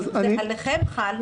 זה עליכם חל.